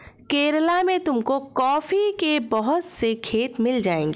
केरला में तुमको कॉफी के बहुत से खेत मिल जाएंगे